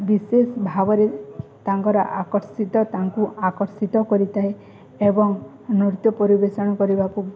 ବିଶେଷ ଭାବରେ ତାଙ୍କର ଆକର୍ଷିତ ତାଙ୍କୁ ଆକର୍ଷିତ କରିଥାଏ ଏବଂ ନୃତ୍ୟ ପରିବେଷଣ କରିବାକୁ